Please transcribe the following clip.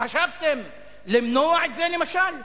חשבתם למנוע את זה, למשל?